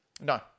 No